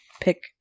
pick